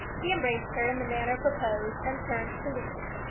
he embraced her in the manner proposed, and turned to leave